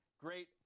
Great